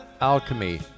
Alchemy